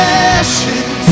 ashes